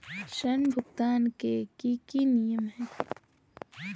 ऋण भुगतान के की की नियम है?